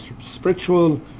spiritual